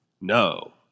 no